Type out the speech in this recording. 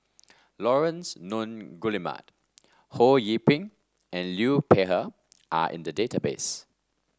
Laurence Nunns Guillemard Ho Yee Ping and Liu Peihe are in the database